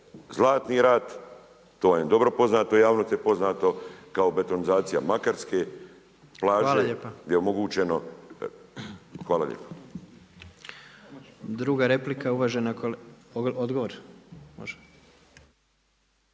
Zlatni rat, to vam je dobro poznato, javnosti je poznato, kao betonizacija Makarske plaže gdje je omogućeno…/Upadica predsjednik: Hvala lijepo./…